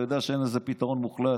אתה יודע שאין לזה פתרון מוחלט.